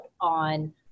on